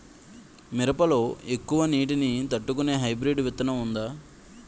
మిరప లో ఎక్కువ నీటి ని తట్టుకునే హైబ్రిడ్ విత్తనం వుందా?